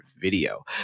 video